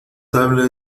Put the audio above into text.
habla